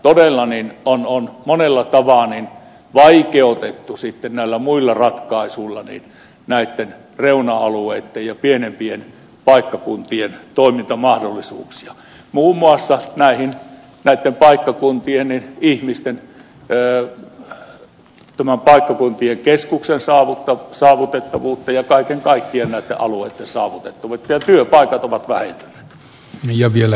todella on monella tapaa vaikeutettu sitten näillä muilla ratkaisuilla näitten reuna alueitten ja pienempien paikkakuntien toimintamahdollisuuksia muun muassa näin vetopaikkakuntiemme ihmisten teelle nopea näitten paikkakuntien keskuksien saavutettavuutta ja kaiken kaikkiaan näitten alueitten saavutettavuutta ja myös julkiset työpaikat ovat vähentyneet